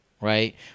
right